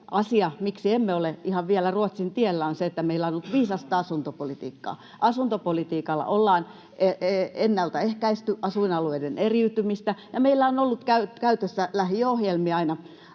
miksi emme ole ihan vielä Ruotsin tiellä, on se, että meillä on ollut viisasta asuntopolitiikkaa. Asuntopolitiikalla ollaan ennaltaehkäisty asuinalueiden eriytymistä, ja meillä on ollut käytössä lähiöohjelmia aina,